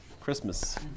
Christmas